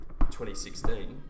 2016